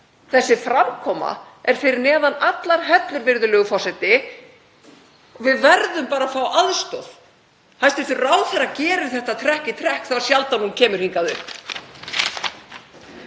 Þessi framkoma er fyrir neðan allar hellur, virðulegur forseti. Við verðum bara að fá aðstoð. Hæstv. ráðherra gerir þetta trekk í trekk þá sjaldan hún kemur hingað upp.